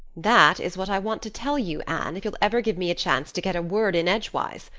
that is what i want to tell you, anne, if you'll ever give me a chance to get a word in edgewise.